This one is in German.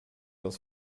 das